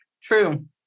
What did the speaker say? True